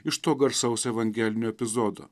iš to garsaus evangelinio epizodo